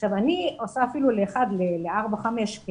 אני עושה אפילו 1 ל-4 או 5,